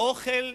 אוכל,